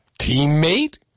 Teammate